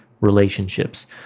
relationships